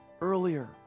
earlier